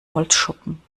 holzschuppen